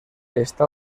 está